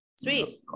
Sweet